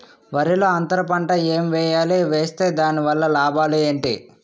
వరిలో అంతర పంట ఎం వేయాలి? వేస్తే దాని వల్ల లాభాలు ఏంటి?